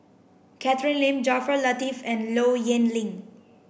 Catherine Lim Jaafar Latiff and Low Yen Ling